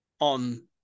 on